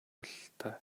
бололтой